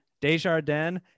Desjardins